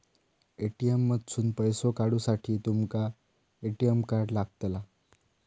ATM मधसून पैसो काढूसाठी तुमका ए.टी.एम कार्ड लागतला